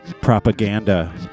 propaganda